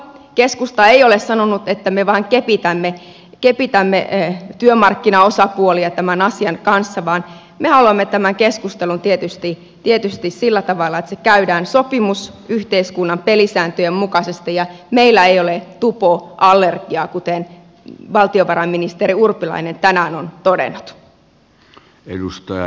keskusta ei ole sanonut että me vain kepitämme työmarkkinaosapuolia tämän asian kanssa vaan me haluamme tämän keskustelun tietysti sillä tavalla että se käydään sopimusyhteiskunnan pelisääntöjen mukaisesti ja meillä ei ole tupo allergiaa kuten valtiovarainministeri urpilainen tänään on todennut